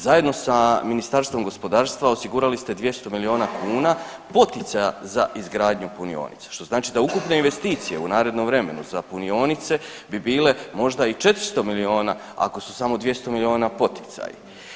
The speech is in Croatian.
Zajedno sa Ministarstvom gospodarstva osigurali ste 200 milijuna kuna poticaja za izgradnju punionica, što znači da ukupne investicije u narednom vremenu za punionice bi bile možda i 400 milijuna ako su samo 200 milijuna poticaji.